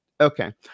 Okay